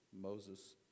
Moses